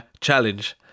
challenge